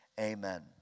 Amen